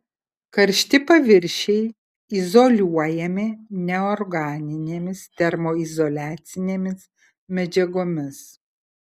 karšti paviršiai izoliuojami neorganinėmis termoizoliacinėmis medžiagomis